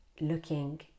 looking